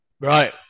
Right